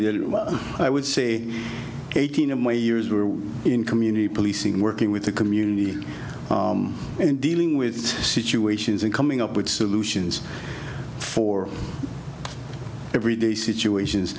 that i would say eighteen way years were in community policing working with the community in dealing with situations and coming up with solutions for everyday situations